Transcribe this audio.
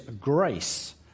grace